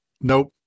Nope